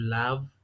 love